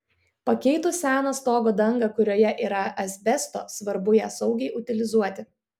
pakeitus seną stogo dangą kurioje yra asbesto svarbu ją saugiai utilizuoti